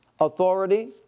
authority